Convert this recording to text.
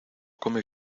come